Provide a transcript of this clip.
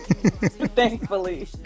thankfully